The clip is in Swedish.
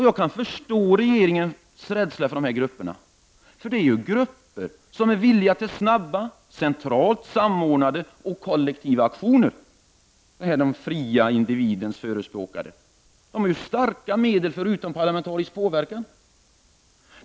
Jag kan förstå regeringens rädsla för dessa grupper, för det är grupper som är villiga att gripa till snabba, centralt samordnade och kollektiva aktioner — dessa den fria individens förespråkare. De har starka medel till disposition för utomparlamentarisk påverkan.